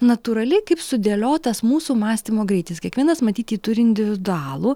natūraliai kaip sudėliotas mūsų mąstymo greitis kiekvienas matyt jį turi individualų